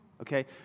Okay